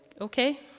okay